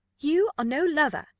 you are no lover,